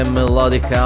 Melodic